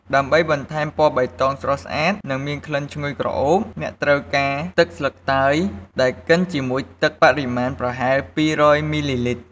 ដើម្បីបន្ថែមពណ៌បៃតងស្រស់ស្អាត និងក្លិនឈ្ងុយក្រអូប អ្នកត្រូវការ ទឹកស្លឹកតើយដែលកិនជាមួយទឹកបរិមាណប្រហែល ២០០ មីលីលីត្រ។